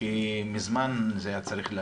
כי מזמן זה היה צריך ל